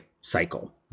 cycle